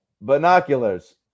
binoculars